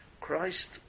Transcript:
Christ